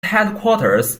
headquarters